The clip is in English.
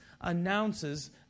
announces